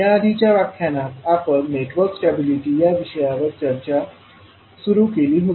याआधीच्या व्याख्यानात आपण नेटवर्क स्टॅबिलिटी या विषयावर चर्चा सुरू केली होती